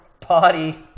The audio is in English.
Potty